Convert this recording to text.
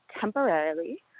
temporarily